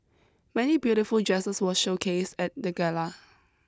many beautiful dresses were showcased at the gala